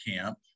camp